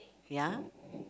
ya